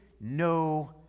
no